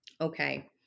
Okay